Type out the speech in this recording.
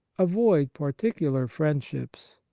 avoid particular friendships.